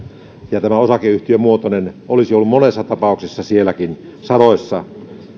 ja osakeyhtiömuoto olisi ollut sielläkin monessa tapauksessa sadoissa